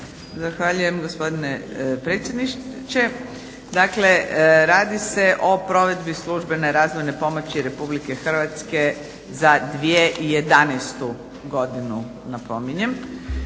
Zahvaljujem gospodine predsjedniče. Dakle, radi se o provedbi službene razvojne pomoći Republike Hrvatske za 2011. godinu napominjem.